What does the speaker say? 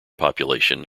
population